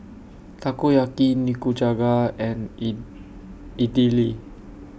Takoyaki Nikujaga and Idili